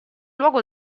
luogo